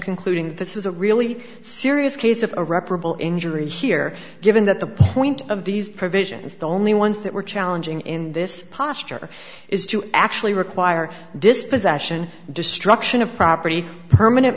concluding that this is a really serious case of irreparable injury here given that the point of these provisions the only ones that were challenging in this posture is to actually require dispossession destruction of property permanent